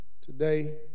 today